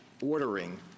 ordering